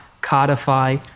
codify